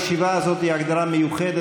17 שנים עברו.